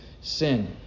sin